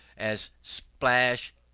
as splash,